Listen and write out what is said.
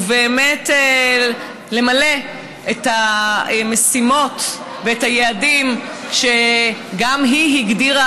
ובאמת למלא את המשימות ואת היעדים שגם היא הגדירה,